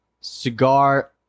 Cigar